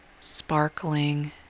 sparkling